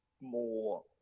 more